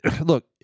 Look